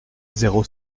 zéro